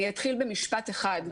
אני אתחיל במשפט אחד.